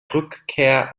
rückkehr